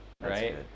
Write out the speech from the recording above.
right